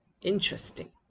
interesting